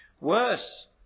Worse